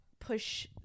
push